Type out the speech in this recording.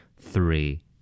three